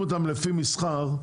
מחייבים אותם לפי מסחר,